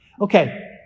Okay